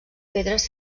pedres